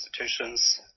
institutions